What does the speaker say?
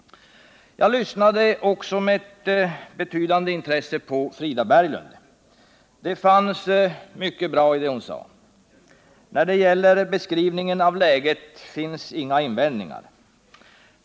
Jag lyssnade också med betydande intresse till Frida Berglund. Det fanns mycket som var bra i hennes anförande. När det gäller beskrivningen av läget har vi inga invändningar.